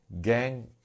Gang